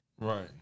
Right